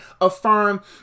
affirm